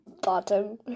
Bottom